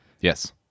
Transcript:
yes